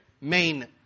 main